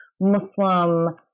Muslim